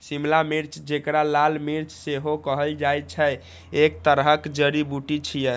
शिमला मिर्च, जेकरा लाल मिर्च सेहो कहल जाइ छै, एक तरहक जड़ी बूटी छियै